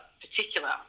particular